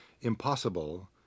impossible